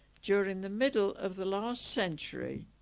during the middle of the last century.